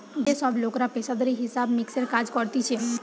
যে সব লোকরা পেশাদারি হিসাব মিক্সের কাজ করতিছে